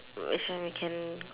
which one we can